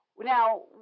now